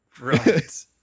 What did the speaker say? right